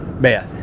meth